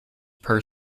per